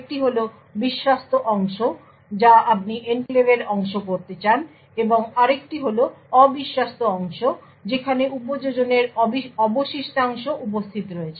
একটি হল বিশ্বস্ত অংশ যা আপনি এনক্লেভের অংশ করতে চান এবং আরেকটি হল অবিশ্বস্ত অংশ যেখানে উপযোজনের অবশিষ্টাংশ উপস্থিত রয়েছে